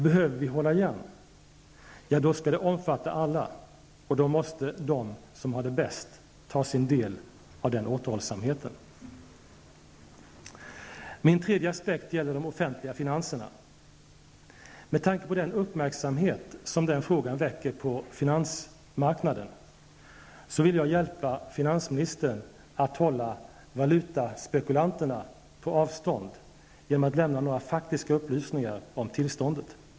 Behöver vi hålla igen, då skall det omfatta alla och då måste de som har det bäst ta sin del av den återhållsamheten. Min tredje aspekt gäller de offentliga finanserna. Med tanke på den uppmärksamhet som den frågan väcker på finansmarknaden, så vill jag hjälpa finansministern att hålla valutaspekulanterna på avstånd genom att lämna några faktiska upplysningar om tillståndet.